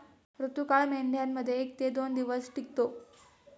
ऋतुकाळ मेंढ्यांमध्ये एक ते दोन दिवस टिकतो